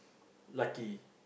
lucky